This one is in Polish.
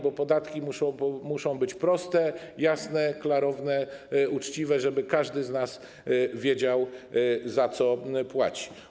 Bo podatki muszą być proste, jasne, klarowne, uczciwe, żeby każdy z nas wiedział, za co płaci.